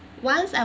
once I